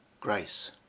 grace